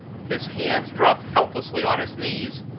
his hands dropped helplessly on his knees,